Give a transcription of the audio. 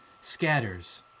scatters